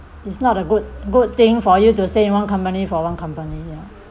it's not a good good thing for you to stay in one company for one company ya